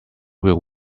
will